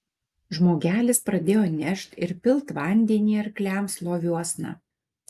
žmogelis pradėjo nešt ir pilt vandenį arkliams loviuosna